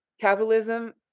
capitalism